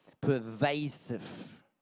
pervasive